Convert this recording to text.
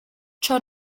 ciò